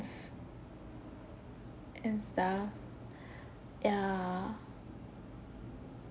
and stuff ya